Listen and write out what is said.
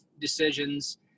decisions